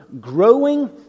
growing